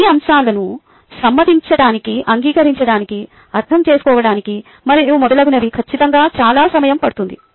ఈ అంశాలను సమ్మతించటానికి అంగీకరించడానికి అర్థం చేసుకోవడానికి మరియు మొదలగునవి ఖచ్చితంగా చాలా సమయo పడ్తుంది